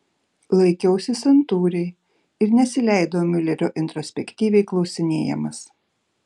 laikiausi santūriai ir nesileidau miulerio introspektyviai klausinėjamas